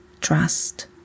trust